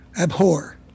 abhor